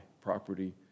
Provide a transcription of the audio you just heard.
property